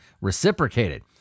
reciprocated